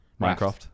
Minecraft